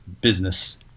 business